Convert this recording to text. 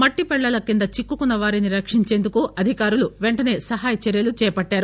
మట్టిపెళ్లల కింద చిక్కుకున్న వారిని రక్షించేందుకు అధికారులు పెంటసే సహాయచర్యలు చేపట్టారు